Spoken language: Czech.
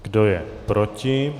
Kdo je proti?